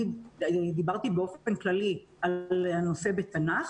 אני דיברתי באופן כללי על הנושא בתנ"ך,